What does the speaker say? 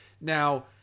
Now